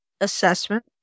assessment